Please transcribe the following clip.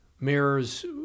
mirrors